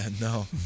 No